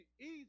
easy